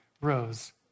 rose